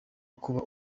kuba